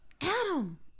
Adam